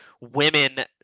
women